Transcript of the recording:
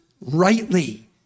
rightly